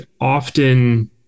often